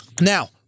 Now